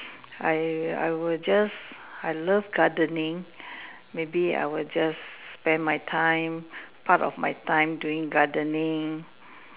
I I would just I love gardening maybe I would just spend my time part of my time doing gardening